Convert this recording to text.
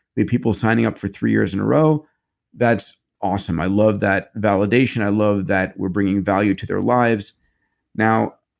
we have people signing up for three years in a row that's awesome. i love that validation. i love that we're bringing value to their lives now,